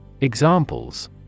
Examples